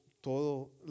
todo